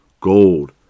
Gold